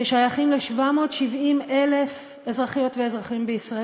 ששייכים ל-770,000 אזרחיות ואזרחים בישראל,